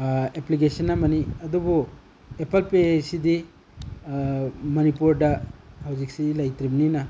application ꯑꯃꯅꯤ ꯑꯗꯨꯕꯨ apple ꯄꯦꯁꯤꯗꯤ ꯃꯅꯤꯄꯨꯔꯗ ꯍꯧꯖꯤꯛꯁꯤ ꯂꯩꯇ꯭ꯔꯤꯝꯅꯤꯅ